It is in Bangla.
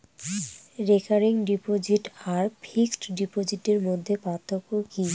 রেকারিং ডিপোজিট আর ফিক্সড ডিপোজিটের মধ্যে পার্থক্য কি?